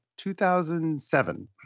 2007